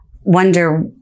wonder